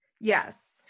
Yes